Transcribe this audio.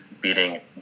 beating